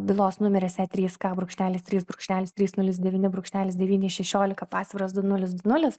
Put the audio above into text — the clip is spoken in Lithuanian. bylos numeris e trys k brūkšnelis trys brūkšnelis trys nulis devyni brūkšnelis devyni šešiolika pasviras du nulis du nulis